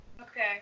Okay